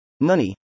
money